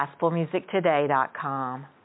gospelmusictoday.com